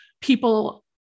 people